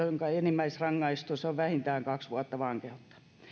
jonka enimmäisrangaistus on vähintään kaksi vuotta vankeutta